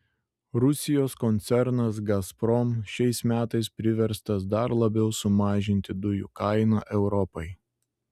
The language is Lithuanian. rusijos koncernas gazprom šiais metais priverstas dar labiau sumažinti dujų kainą europai